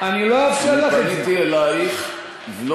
אני לא אאפשר לך את זה.